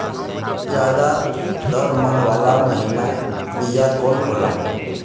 ज्यादा दर मन वाला महीन बिया कवन होला?